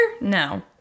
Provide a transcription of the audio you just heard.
No